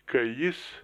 kai jis